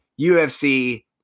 UFC